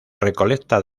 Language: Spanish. recolecta